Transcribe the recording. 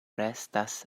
restas